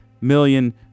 million